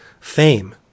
fame